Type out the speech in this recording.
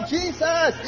Jesus